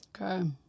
Okay